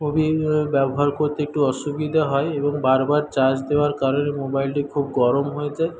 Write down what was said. ব্যবহার করতে একটু অসুবিধা হয় এবং বারবার চার্জ দেওয়ার কারণে মোবাইলটি খুব গরম হয়ে যায়